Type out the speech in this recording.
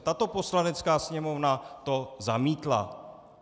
Tato Poslanecká sněmovna to zamítla.